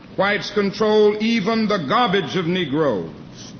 whites controlled even the garbage of negroes.